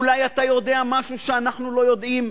אולי אתה יודע משהו שאנחנו לא יודעים.